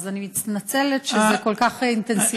אז אני מתנצלת שזה כל כך אינטנסיבי.